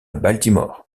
baltimore